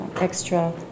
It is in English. extra